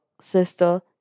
sister